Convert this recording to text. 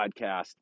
podcast